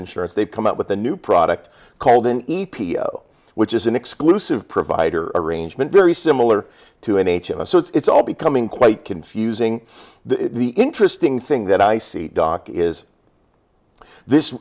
insurance they've come up with a new product called an e p which is an exclusive provider arrangement very similar to n h s so it's all becoming quite confusing the interesting thing that i see doc is this